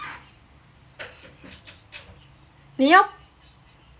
你要